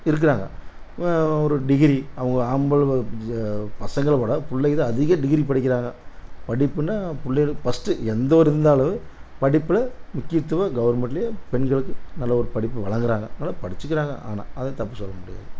இருக்கிறாங்க ஒரு டிகிரி அவங்க ஆம்பள் பசங்களை விட பிள்ளைங்க தான் அதிக டிகிரி படிக்கிறாங்க படிப்புனால் பிள்ளையோளுக்கு ஃபர்ஸ்ட்டு எந்த ஒரு இருந்தாலும் படிப்பில் முக்கியத்துவம் கவுர்மெண்ட்டிலே பெண்களுக்கு நல்ல ஒரு படிப்பு வழங்கிறாங்க அதனால படிச்சுக்கிறாங்க ஆனால் அதை தப்பு சொல்ல முடியாது